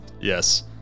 Yes